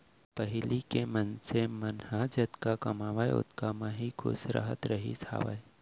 पहिली के मनसे मन ह जतका कमावय ओतका म ही खुस रहत रहिस हावय